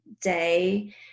day